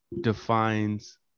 defines